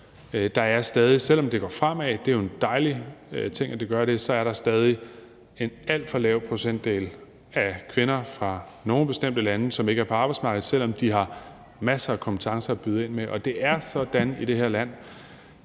selv om det går fremad – og det er jo en dejlig ting, at det gør det – en alt for at lav procentdel af kvinder fra nogle bestemte lande, som ikke er på arbejdsmarkedet, selv om de har masser af kompetencer at byde ind med. Det er sådan i det her land,